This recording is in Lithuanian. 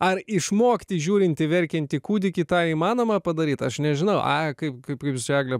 ar išmokti žiūrint į verkiantį kūdikį tą įmanoma padaryti aš nežinau a kaip kaip jūs egle